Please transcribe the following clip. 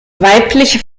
weibliche